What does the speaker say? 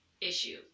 issue